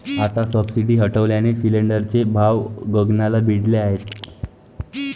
आता सबसिडी हटवल्याने सिलिंडरचे भाव गगनाला भिडले आहेत